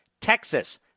Texas